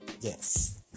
yes